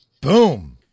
Boom